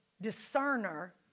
discerner